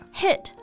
hit